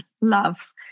love